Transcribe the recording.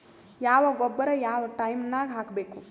ಯಾವ ಗೊಬ್ಬರ ಯಾವ ಟೈಮ್ ನಾಗ ಹಾಕಬೇಕು?